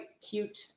cute